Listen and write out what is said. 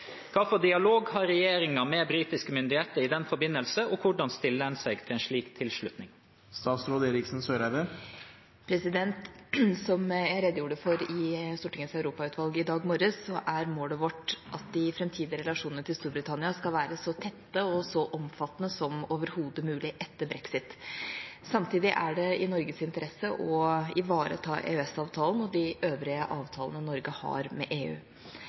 dialog har regjeringen med britiske myndigheter i den forbindelse, og hvordan stiller man seg til en slik tilslutning?» Som jeg redegjorde for i Stortingets europautvalg i dag morges, er målet vårt at de framtidige relasjonene til Storbritannia skal være så tette og omfattende som overhodet mulig etter brexit. Samtidig er det i Norges interesse å ivareta EØS-avtalen og de øvrige avtalene Norge har med EU.